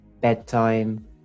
bedtime